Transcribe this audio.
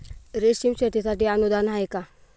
रेशीम शेतीसाठी अनुदान आहे का?